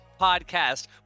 podcast